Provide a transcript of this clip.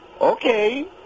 Okay